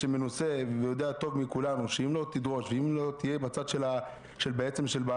שמנוסה ויודע טוב מכולנו שאם לא תהיה בצד של הארגונים,